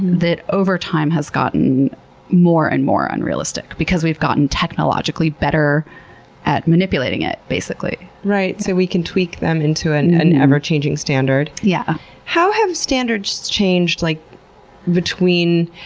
that over time has gotten more and more unrealistic because we've gotten technologically better at manipulating it. right, so we can tweak them into an ever-changing standard. yeah how have standards changed like between,